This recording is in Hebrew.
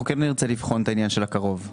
אנחנו כן נרצה לבחון את העניין של ה-קרוב.